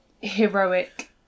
heroic